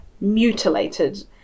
mutilated